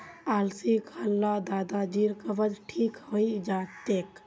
अलसी खा ल दादाजीर कब्ज ठीक हइ जा तेक